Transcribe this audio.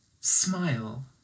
smile